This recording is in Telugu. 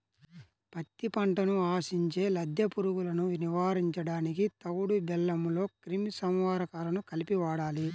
పత్తి పంటను ఆశించే లద్దె పురుగులను నివారించడానికి తవుడు బెల్లంలో క్రిమి సంహారకాలను కలిపి వాడాలి